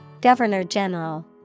Governor-General